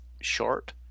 short